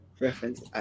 reference